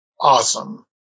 awesome